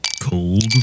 Cold